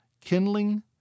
Kindling